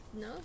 no